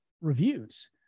reviews